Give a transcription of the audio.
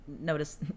notice